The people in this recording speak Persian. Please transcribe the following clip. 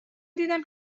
دیدم